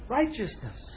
righteousness